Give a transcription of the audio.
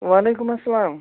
وعلیکُم اسلام